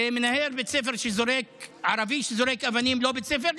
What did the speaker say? ומנהל בית ספר ערבי שזורק אבנים זה לא בסדר,